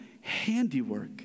handiwork